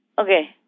Okay